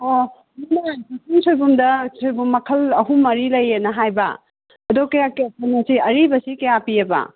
ꯑꯣ ꯀꯛꯆꯤꯡ ꯁꯣꯏꯕꯨꯝꯗ ꯁꯣꯏꯕꯨꯝ ꯃꯈꯜ ꯑꯍꯨꯝ ꯃꯔꯤ ꯂꯩꯌꯦꯅ ꯍꯥꯏꯕ ꯑꯗꯣ ꯀꯌꯥ ꯀꯌꯥ ꯀꯩꯅꯣꯁꯤ ꯑꯔꯤꯕꯁꯤ ꯀꯌꯥ ꯄꯤꯑꯕ